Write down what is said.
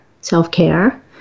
self-care